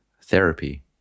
therapy